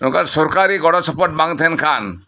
ᱱᱚᱝᱠᱟᱱ ᱥᱚᱨᱠᱟᱨᱤ ᱜᱚᱲᱚ ᱥᱚᱯᱚᱦᱚᱫ ᱵᱟᱝ ᱛᱟᱦᱮᱸᱱ ᱠᱷᱟᱱ